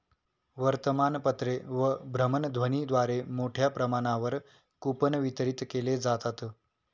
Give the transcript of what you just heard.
वर्तमानपत्रे व भ्रमणध्वनीद्वारे मोठ्या प्रमाणावर कूपन वितरित केले जातात